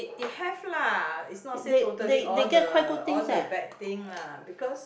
it have lah is not say totally all the all the bad thing lah because